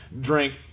Drink